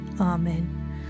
Amen